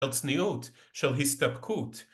של צניעות של הסתפקות.